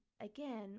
again